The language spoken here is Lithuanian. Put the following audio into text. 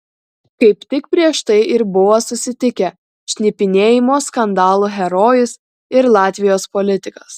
kaip tik prieš tai ir buvo susitikę šnipinėjimo skandalų herojus ir latvijos politikas